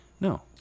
No